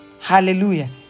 Hallelujah